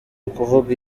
ukuvuga